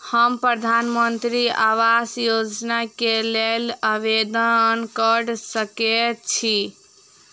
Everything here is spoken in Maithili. हम प्रधानमंत्री आवास योजना केँ लेल आवेदन कऽ सकैत छी?